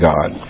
God